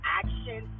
action